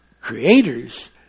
creators